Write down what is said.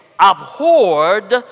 abhorred